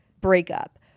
breakup